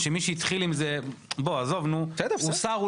שעכשיו הוא שר,